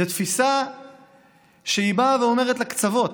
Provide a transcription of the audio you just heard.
יש תפיסה שבאה ואומרת לקצוות,